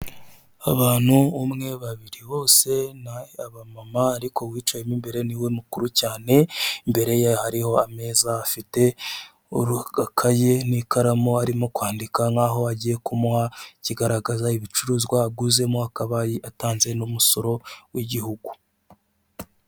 Abantu umwe babiri bose ni aba mama ariko uwicaye mo imbere niwe mukuru cyane, imbere ye hariho ameza afite ikaye n'ikaramu arimo kwandika nkaho agiye kumuha ikigaragaza ibicuruzwa aguzemo akabaye atanze n'umusoro w'igihugu.